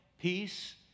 peace